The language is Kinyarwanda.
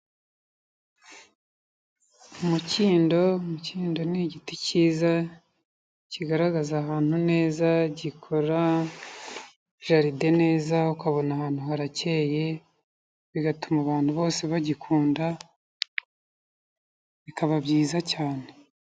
Umukindo, umukindo ni igiti cyiza, kigaragaza ahantu neza, gikora jaride neza ukabona ahantu haracyeye, bigatuma abantu bose bagikunda, bikaba byiza cyane.